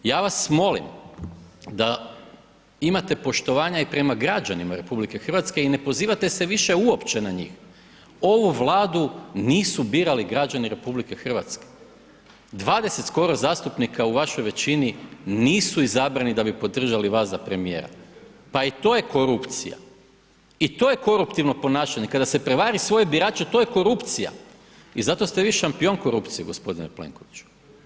Ja vas molim da imate poštovanja i prema građanima RH i ne pozivate se više uopće na njih, ovu Vladu nisu birali građani RH, 20 skoro zastupnika u vašoj većini nisu izabrani da bi podržali vas za premijera, pa i to je korupcija, i to je koruptivno ponašanje kada se prevari svoje birače to je korupcija i zato ste vi šampion korupcije g. Plenkoviću.